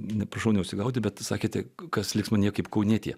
ne prašau neužsigauti bet sakėte kas liks mane kaip kaunietį